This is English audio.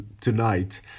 tonight